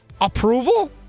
approval